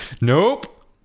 Nope